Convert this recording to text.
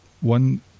one